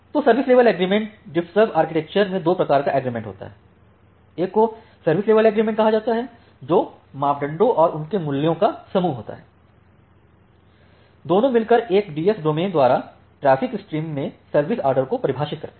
तो service level agreement diffserv architecture में दो प्रकार का एग्रीमेंट होता है एक को सर्विस लेवल एग्रीमेंट कहा जाता है जो मापदंडों और उनके मूल्यों का एक समूह होता है दोनों मिलकर एक डीएस डोमेन द्वारा ट्रैफिक स्ट्रीम में सर्विस ऑर्डर को परिभाषित करते हैं